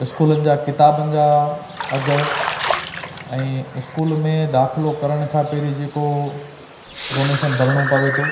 स्कूलनि जा किताबनि जा अघ ऐं स्कूल में दाखिलो करण खां पहिरीं जेको डोनेशन भरणो पवे थो